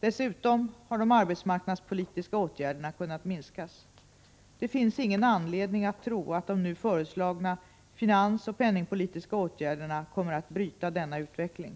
Dessutom har de arbetsmarknadspolitiska åtgärderna kunnat minskas. Det finns ingen anledning att tro att de nu föreslagna finansoch penningpolitiska åtgärderna kommer att bryta denna utveckling.